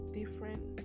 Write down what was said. different